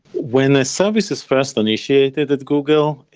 when a service is first initiated at google,